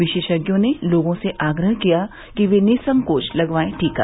विशेषज्ञों ने लोगों से आग्रह किया कि वे निःसंकोच लगवाये टीका